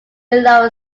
below